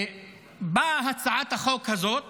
באה הצעת החוק הזאת